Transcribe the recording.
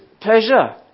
pleasure